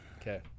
Okay